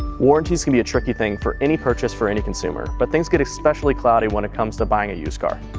warranties can be a tricky thing for any purchase for any consumer, but things get especially cloudy when it comes to buying a used car.